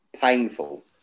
painful